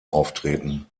auftreten